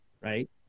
right